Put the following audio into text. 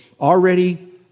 already